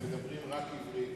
הם מדברים רק עברית,